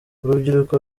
urubyiruko